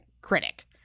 critic